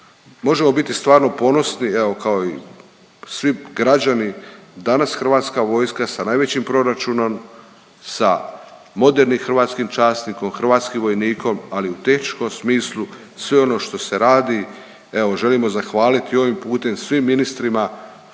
Možemo biti stvarno ponosni, evo kao i svi građani. Danas Hrvatska vojska sa najvećim proračunom, sa modernim hrvatskim časnikom, hrvatskim vojnikom, ali u teškom smislu sve ono što se radi, evo želimo zahvaliti ovim putem svim ministrima